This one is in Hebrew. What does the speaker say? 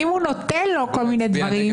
אם הוא נותן לו כל מיני דברים,